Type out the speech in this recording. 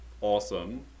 awesome